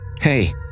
Hey